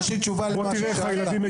יש לי תשובה למה ששאלת.